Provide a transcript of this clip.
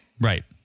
Right